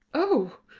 oh!